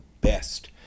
best